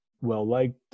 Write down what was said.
well-liked